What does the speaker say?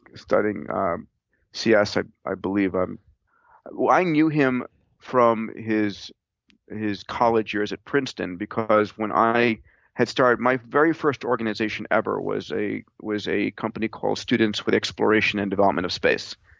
studying cs, i i believe. um i knew him from his his college years at princeton because when i had started my very first organization ever was a was a company called students with exploration and development of space,